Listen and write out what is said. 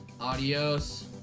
Adios